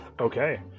Okay